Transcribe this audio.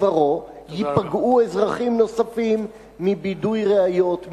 דברו ייפגעו אזרחים נוספים מבידוי ראיות,